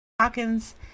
Hawkins